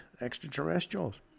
extraterrestrials